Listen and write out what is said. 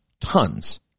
Tons